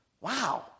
Wow